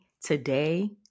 today